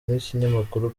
n’ikinyamakuru